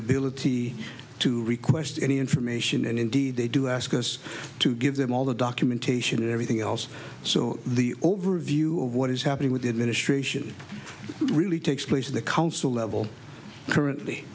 ability to request any information and indeed they do ask us to give them all the documentation and everything else so the overview of what is happening with the administration really takes place at the council level currently